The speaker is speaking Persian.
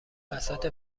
بساط